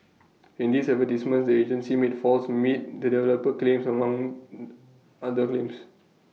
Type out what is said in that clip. in these advertisements the agency made false meet the developer claims among other claims